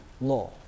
law